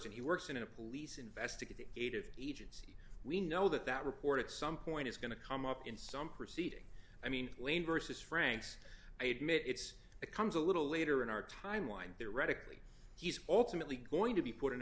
and he works in a police investigative agency we know that that report at some point is going to come up in some proceeding i mean wayne versus franks i admit it's a comes a little later in our timeline there radically he's alternately going to be put in a